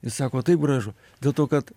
ir sako taip gražu dėl to kad